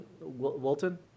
Walton